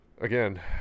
again